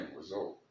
result